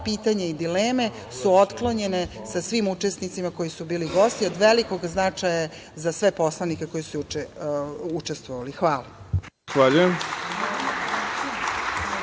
pitanja i dileme su otklonjene sa svim učesnicima koji su bili gosti od velikog značaja za sve poslanike koji su učestvovali. Hvala. **Ivica